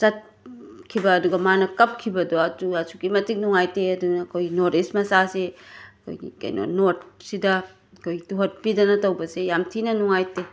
ꯆꯠꯈꯤꯕ ꯑꯗꯨꯒ ꯃꯥꯅ ꯀꯞꯈꯤꯕꯗꯣ ꯑꯗꯨ ꯑꯁꯨꯛꯀꯤ ꯃꯇꯤꯛ ꯅꯨꯉꯥꯏꯇꯦ ꯑꯗꯨꯅ ꯑꯩꯈꯣꯏ ꯅꯣꯠ ꯏꯁ ꯃꯆꯥꯁꯤ ꯑꯩꯈꯣꯏꯒꯤ ꯀꯩꯅꯣ ꯅꯣꯠꯁꯤꯗ ꯑꯩꯈꯣꯏ ꯇꯨꯍꯠꯄꯤꯗꯅ ꯇꯧꯕꯁꯦ ꯌꯥꯝ ꯊꯤꯅ ꯅꯨꯉꯥꯏꯇꯦ